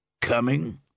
Coming